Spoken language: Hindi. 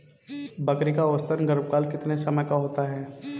बकरी का औसतन गर्भकाल कितने समय का होता है?